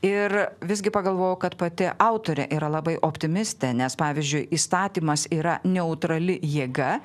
ir visgi pagalvojau kad pati autorė yra labai optimistė nes pavyzdžiui įstatymas yra neutrali jėga